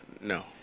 No